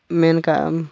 ᱢᱮᱱ ᱟᱠᱟᱫ ᱟᱢ